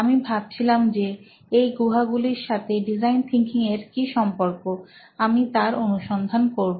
আমি ভাবছিলাম যে এই গুহাগুলির সাথে ডিজাইন থিঙ্কিং এর কি সম্পর্ক আমরা তার অনুসন্ধান করবো